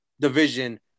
division